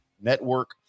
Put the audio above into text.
Network